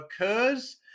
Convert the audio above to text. occurs